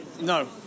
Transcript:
No